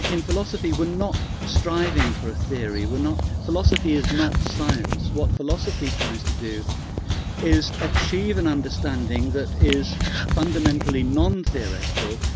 in philosophy, we're not striving for a theory, we're not philosophy is not science. what philosophy tries to do is achieve an understanding that is fundamentally non-theoretical,